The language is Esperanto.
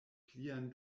plian